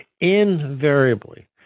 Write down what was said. invariably